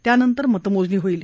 त्यानंतर मतमोजणी होईल